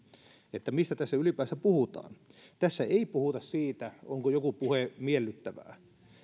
että mistä tässä ylipäänsä puhutaan tässä ei puhuta siitä onko joku puhe miellyttävää